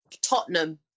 Tottenham